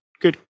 Good